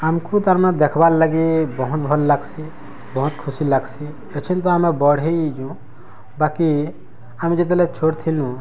ଆମ୍କୁ ତାର୍ମାନେ ଦେଖ୍ବାର୍ ଲାଗି ବହୁତ୍ ଭଲ୍ ଲାଗ୍ସି ବହୁତ୍ ଖୁସି ଲାଗ୍ସି ଏଛେନ୍ ତ ଆମେ ବଡ଼୍ ହେଇଯାଇଚୁଁ ବାକି ଆମେ ଯେତେବେଲେ ଛୋଟ୍ ଥିଲୁ